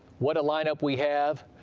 what a lineup we have.